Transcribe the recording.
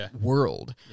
world